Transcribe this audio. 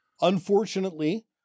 Unfortunately